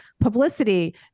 publicity